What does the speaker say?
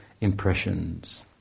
impressions